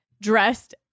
dressed